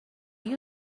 you